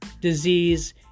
disease